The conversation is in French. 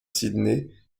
sydney